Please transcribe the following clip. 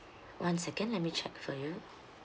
one second let me check for you